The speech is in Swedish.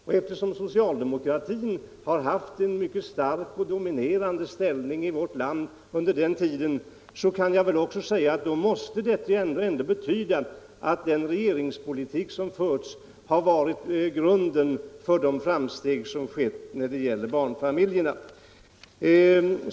Och eftersom socialdemokratin har haft en mycket dominerande ställning i vårt land måste det tyda på att den regeringspolitik som förts har varit grunden för de framsteg som skett i fråga om barnfamiljerna.